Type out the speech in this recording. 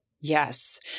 Yes